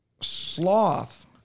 sloth